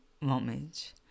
moment